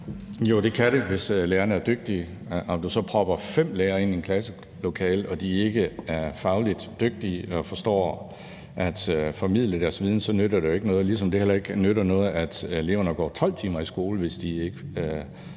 Jo, det kan det, hvis lærerne er dygtige. Men om du propper fem lærere ind i et klasselokale og de ikke er fagligt dygtige eller forstår at formidle deres viden, så nytter det jo ikke noget, ligesom det heller ikke nytter noget, at eleverne går 12 timer i skole, hvis de ikke